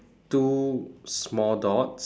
two small dots